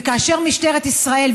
וכאשר משטרת ישראל,